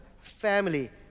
family